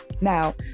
Now